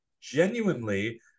genuinely